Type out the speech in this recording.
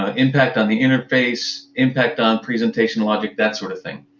ah impact on the interface, impact on presentational logic, that sort of thing.